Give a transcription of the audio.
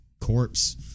corpse